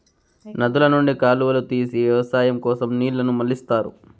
నదుల నుండి కాలువలు తీసి వ్యవసాయం కోసం నీళ్ళను మళ్ళిస్తారు